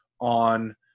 on